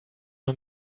man